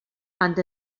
and